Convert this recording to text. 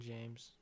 James